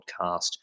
podcast